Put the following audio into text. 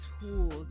tools